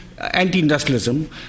anti-industrialism